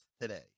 today